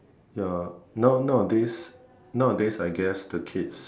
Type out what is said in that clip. ya now nowadays nowadays I guess the kids